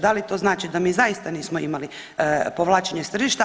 Da li to znači da mi zaista nismo imali povlačenje s tržišta?